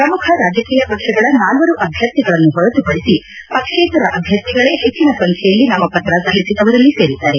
ಪ್ರಮುಖ ರಾಜಕೀಯ ಪಕ್ಷಗಳ ನಾಲ್ವರು ಅಭ್ವರ್ಥಿಗಳನ್ನು ಹೊರತುಪಡಿಸಿ ಪಕ್ಷೇತರ ಅಭ್ವರ್ಥಿಗಳೇ ಹೆಚ್ಚಿನ ಸಂಖ್ಯೆಯಲ್ಲಿ ನಾಮಪತ್ರ ಸಲ್ಲಿಸಿದವರಲ್ಲಿ ಸೇರಿದ್ದಾರೆ